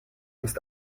ist